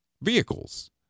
vehicles